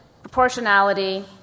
proportionality